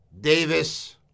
Davis